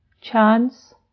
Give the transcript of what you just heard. Chance